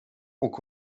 och